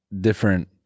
different